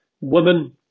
women